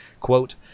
Quote